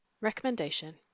Recommendation